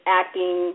acting